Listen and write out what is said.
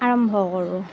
আৰম্ভ কৰোঁ